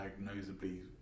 diagnosably